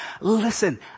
Listen